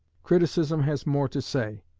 criticism has more to say.